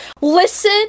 listen